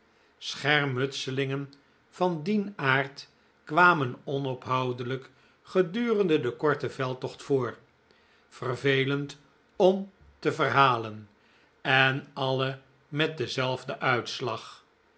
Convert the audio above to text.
schermutselingen van dien aard kwamen onophoudelijk gedurende den korten veldtocht voor vervelend om te verhalen en alle met denzelfden uitslag